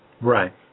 Right